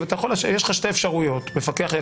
יש לך שתי אפשרויות: